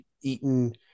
eaten